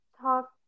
talk